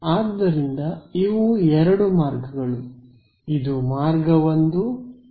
ಆದ್ದರಿಂದ ಇವು ಎರಡು ಮಾರ್ಗಗಳು ಇದು ಮಾರ್ಗ 1 ಮತ್ತು ಇದು ಮಾರ್ಗ 2 ಆಗಿದೆ